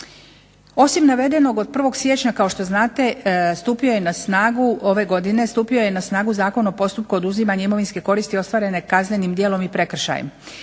Osim navedenog od 1. siječnja ove godine kao što znate stupio je na snagu Zakon o postupku oduzimanja imovinske koriste ostvarene kaznenim djelom i prekršajem.